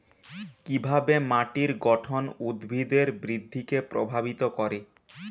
কিভাবে মাটির গঠন উদ্ভিদের বৃদ্ধিকে প্রভাবিত করে?